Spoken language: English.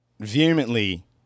vehemently